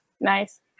Nice